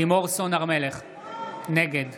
נגד